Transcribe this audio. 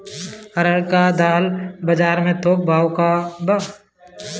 अरहर क दाल बजार में थोक भाव का बा?